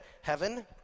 heaven